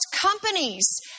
companies